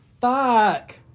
fuck